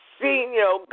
senior